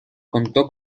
contó